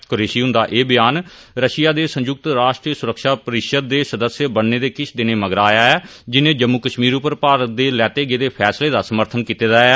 कुरैशी हुंदा एह ब्यान रशिया दे संयुक्त राष्ट्र सुरक्षा परिषद दे सदस्य बनने दे किश दिनें मगरा आया ऐ जिन्नै जम्मू कश्मीर पर भारत दे लैते गेदे फैसला दा समर्थन कीता दा ऐ